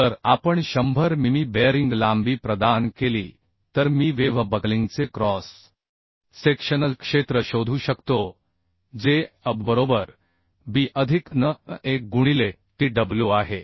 जर आपण 100 मिमी बेअरिंग लांबी प्रदान केली तर मी वेव्ह बकलिंगचे क्रॉस सेक्शनल क्षेत्र शोधू शकतो जे AB बरोबर B अधिक n1 गुणिले Tw आहे